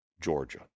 Georgia